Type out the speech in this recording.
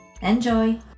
Enjoy